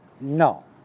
No